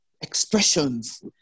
expressions